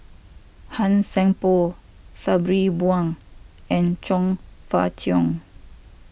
Han Sai Por Sabri Buang and Chong Fah Cheong